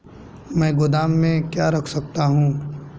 मैं गोदाम में क्या क्या रख सकता हूँ?